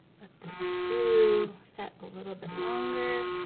let this glue set a little bit longer.